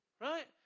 right